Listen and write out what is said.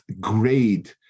grade